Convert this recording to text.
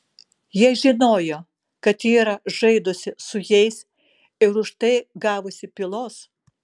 jie žinojo kad ji yra žaidusi su jais ir už tai gavusi pylos